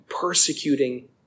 persecuting